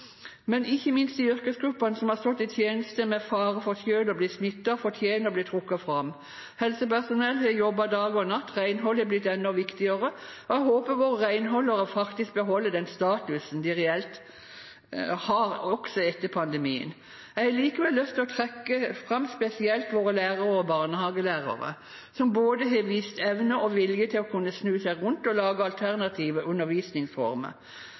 Ikke minst fortjener de yrkesgruppene som har stått til tjeneste med fare for selv å bli smittet, å bli trukket fram. Helsepersonellet har jobbet dag og natt, og renholdet ble enda viktigere. Jeg håper renholdere faktisk beholder den statusen de reelt har, også etter pandemien. Jeg har likevel lyst til å trekke fram spesielt våre lærere og barnehagelærere, som har vist både evne og vilje til å kunne snu seg rundt og lage alternative undervisningsformer,